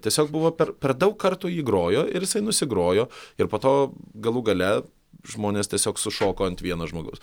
tiesiog buvo per per daug kartų jį grojo ir jisai nusigrojo ir po to galų gale žmonės tiesiog sušoko ant vieno žmogaus